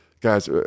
Guys